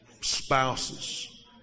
spouses